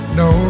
no